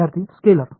विद्यार्थीः स्केलर